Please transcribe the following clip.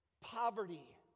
poverty